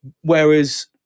whereas